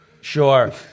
sure